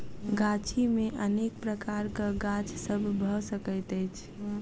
गाछी मे अनेक प्रकारक गाछ सभ भ सकैत अछि